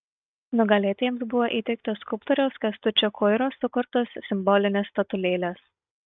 nugalėtojams buvo įteiktos skulptoriaus kęstučio koiros sukurtos simbolinės statulėlės